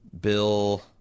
Bill